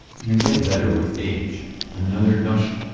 you get better with age another gushed.